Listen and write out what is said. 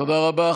תודה רבה.